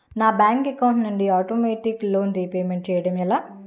నా bank account నుండి ఆటోమేటిగ్గా లోన్ రీపేమెంట్ చేయడం ఎలా?